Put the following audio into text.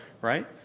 right